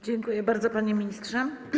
Dziękuję bardzo, panie ministrze.